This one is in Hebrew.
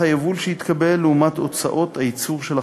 היבול שהתקבל לעומת הוצאות הייצור של החקלאים.